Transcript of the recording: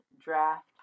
draft